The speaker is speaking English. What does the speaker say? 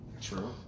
True